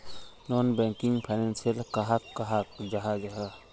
Non banking financial कहाक कहाल जाहा जाहा?